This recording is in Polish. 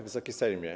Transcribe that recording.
Wysoki Sejmie!